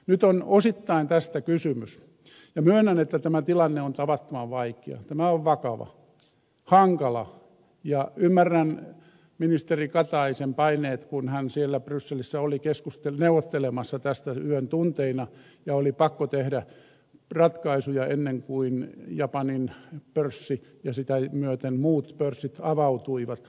nyt on osittain tästä kysymys ja myönnän että tämä tilanne on tavattoman vaikea tämä on vakava hankala ja ymmärrän ministeri kataisen paineet kun hän siellä brysselissä oli neuvottelemassa tästä yön tunteina ja oli pakko tehdä ratkaisuja ennen kuin japanin pörssi ja sitä myöten muut pörssit avautuivat